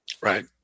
Right